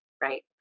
Right